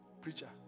preacher